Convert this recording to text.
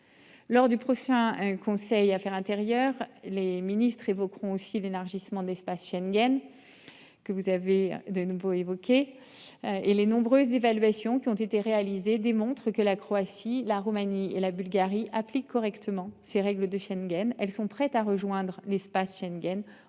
Lors du prochain un conseil affaires intérieures. Les ministres évoqueront aussi l'élargissement de l'espace Schengen. Que vous avez de nouveau évoqué. Et les nombreuses évaluations qui ont été réalisées démontrent que la Croatie, la Roumanie et la Bulgarie appliquent correctement ses règles de Schengen. Elles sont prêtes à rejoindre l'espace Schengen